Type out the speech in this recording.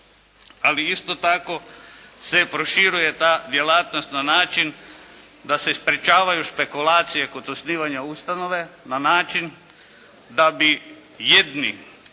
ali isto tako se proširuje ta djelatnost na način da se sprečavaju špekulacije kod osnivanja ustanove na način da bi jedni